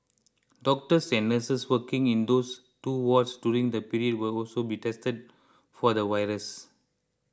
doctors and nurses working in those two wards during the period will also be tested for the virus